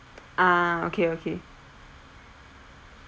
ah okay okay